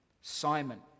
Simon